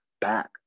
back